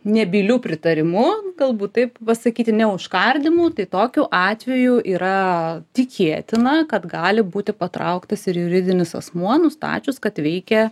nebyliu pritarimu galbūt taip pasakyti neužkardymu tai tokiu atveju yra tikėtina kad gali būti patrauktas ir juridinis asmuo nustačius kad veikė